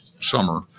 summer